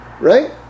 Right